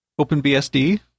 OpenBSD